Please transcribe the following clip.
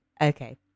Okay